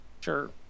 Sure